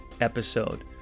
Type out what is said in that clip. episode